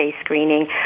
screening